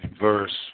verse